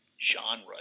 genre